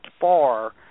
far